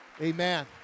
Amen